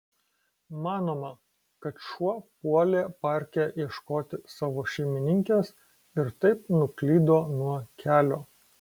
manoma kad šuo puolė parke ieškoti savo šeimininkės ir taip nuklydo nuo kelio